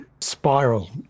spiral